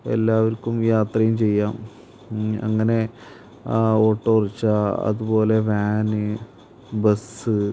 എല്ലാവർക്കും യാത്രയും ചെയ്യാം അങ്ങനെ ഓട്ടോ റിക്ഷ അതുപോലെ വാൻ ബസ്സ്